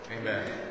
Amen